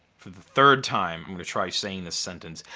for the third time, i'm gonna try saying this sentence.